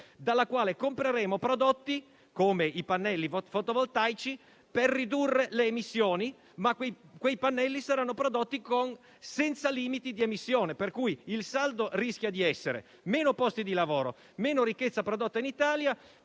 dalla quale compreremo prodotti, come i pannelli fotovoltaici, per ridurre le emissioni, ma quei pannelli saranno prodotti senza limiti di emissione. Pertanto il saldo rischia di essere: meno posti di lavoro e meno ricchezza prodotta in Italia,